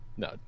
No